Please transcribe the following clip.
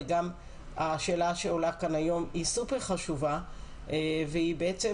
וגם השאלה שעולה כאן היום היא סופר חשובה והיא בעצם